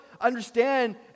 understand